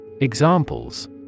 Examples